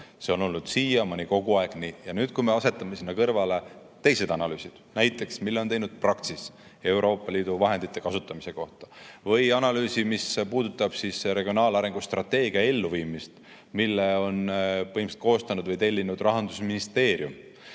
See on olnud siiamaani kogu aeg nii. Ja asetame sinna kõrvale teised analüüsid, näiteks need, mille on teinud Praxis Euroopa Liidu vahendite kasutamise kohta, või analüüsi, mis puudutab regionaalarengu strateegia elluviimist, mille on põhiliselt koostanud või tellinud Rahandusministeerium,